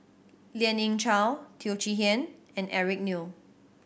Lien Ying Chow Teo Chee Hean and Eric Neo